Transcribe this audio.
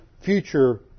future